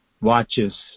watches